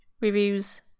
reviews